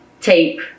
tape